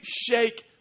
shake